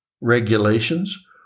regulations